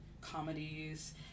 comedies